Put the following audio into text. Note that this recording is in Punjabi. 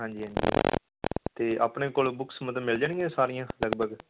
ਹਾਂਜੀ ਹਾਂਜੀ ਅਤੇ ਆਪਣੇ ਕੋਲ ਬੁਕਸ ਮਤਲਬ ਮਿਲ ਜਾਣਗੀਆਂ ਸਾਰੀਆਂ ਲਗਭਗ